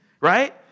right